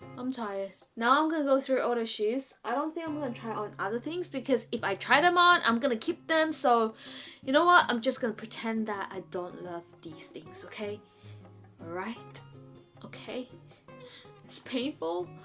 i'm tired now. i'm gonna go through auto shoes i don't think i'm gonna and try on other things because if i try them on i'm gonna keep them so you know what? i'm just gonna pretend that i don't love these things. okay right okay it's painful,